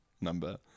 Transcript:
number